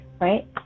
right